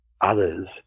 others